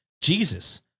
Jesus